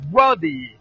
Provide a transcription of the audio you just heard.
worthy